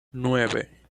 nueve